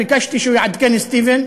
ביקשתי שהוא יעדכן את סטיבן,